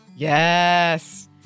Yes